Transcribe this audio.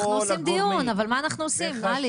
אנחנו עושים דיון, אבל מה אנחנו עושים עלי?